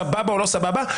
סבבה או לא סבבה.